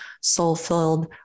soul-filled